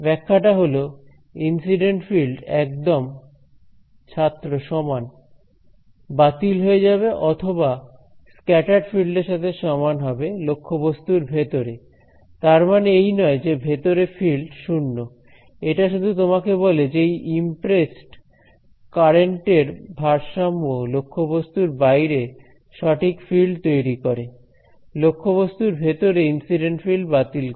ব্যাখ্যাটা হল incident field একদম ছাত্র সমান বাতিল হয়ে যাবে অথবা স্ক্যাটার্ড ফিল্ড এর সাথে সমান হবে লক্ষ্যবস্তুর ভেতরে তার মানে এই নয় যে ভেতরে ফিল্ড 0 এটা শুধু তোমাকে বলে যে এই ইম্প্রেস্ড কারেন্টের ভারসাম্য লক্ষ্যবস্তুর বাইরে সঠিক ফিল্ড তৈরি করে লক্ষ্যবস্তুর ভেতরে ইনসিডেন্ট ফিল্ড বাতিল করে